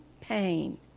pain